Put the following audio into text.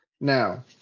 Now